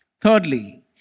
Thirdly